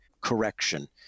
correction